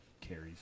carries